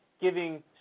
giving